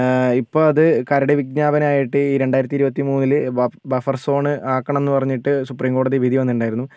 ഇപ്പോൾ അത് കരട് വിജ്ഞാപനം ആയിട്ട് രണ്ടായിരത്തി ഇരുപത്തി മൂന്നിൽ ബഫർ സോണ് ആക്കണംന്ന് പറഞ്ഞിട്ട് സുപ്രീം കോടതി വിധി വന്നിട്ടുണ്ടായിരുന്നു